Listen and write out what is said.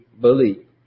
believe